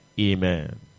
Amen